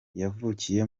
yavukiye